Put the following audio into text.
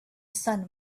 sun